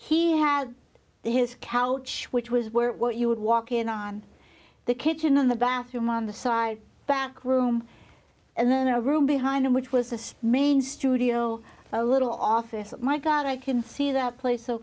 he had his couch which was where what you would walk in on the kitchen in the bathroom on the side back room and then a room behind him which was the main studio a little office and my god i can see that place so